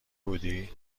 بودی